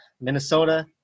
Minnesota